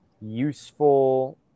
useful